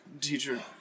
teacher